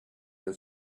have